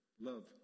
love